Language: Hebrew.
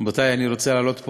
אני עובר להצעה לסדר-היום: